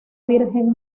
virgen